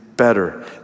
Better